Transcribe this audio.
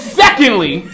secondly